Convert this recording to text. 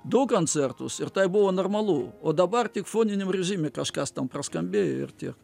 du kancertus ir tai buvo normalu o dabar tik foniniam režime kažkas ten praskambėjo ir tiek